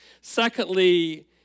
Secondly